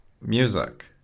music